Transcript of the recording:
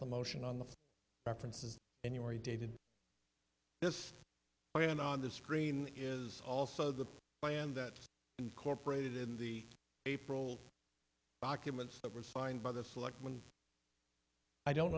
the motion on the references anywhere you dated this morning on the screen is also the band that incorporated in the april documents that were signed by the select one i don't